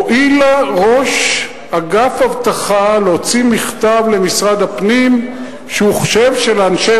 הואיל ראש אגף אבטחה להוציא מכתב למשרד הפנים שהוא חושב שלאנשי